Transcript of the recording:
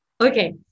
okay